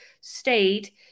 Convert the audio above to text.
state